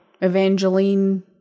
Evangeline